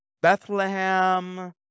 Bethlehem